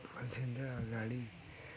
ସେମିତିଆ ଗାଡ଼ି